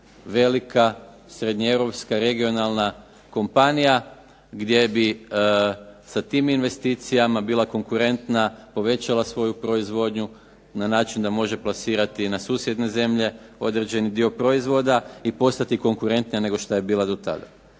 velika srednjeeuropska regionalna kompanija, gdje bi sa tim investicijama bila konkurentna, povećala svoju proizvodnju na način da može plasirati i na susjedne zemlje određeni dio proizvoda, i postati konkurentnija nego što je bila do tada.